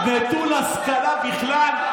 נטול השכלה בכלל,